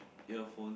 earphone